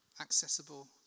accessible